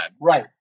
Right